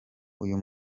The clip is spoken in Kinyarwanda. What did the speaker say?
uyu